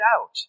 out